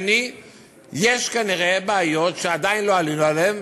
יש כנראה בעיות שעדיין לא עלינו עליהן,